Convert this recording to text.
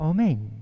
Amen